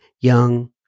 young